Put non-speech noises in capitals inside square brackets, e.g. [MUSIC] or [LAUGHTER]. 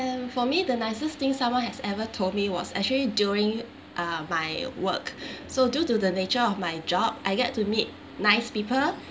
and for me the nicest thing someone has ever told me was actually during uh my work [BREATH] so due to the nature of my job I get to meet nice people